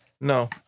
No